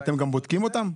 אתם בודקים אותם?